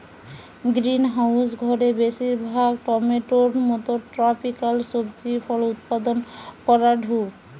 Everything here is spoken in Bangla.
গ্রিনহাউস ঘরে বেশিরভাগ টমেটোর মতো ট্রপিকাল সবজি ফল উৎপাদন করাঢু